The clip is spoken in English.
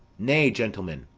nay, gentlemen,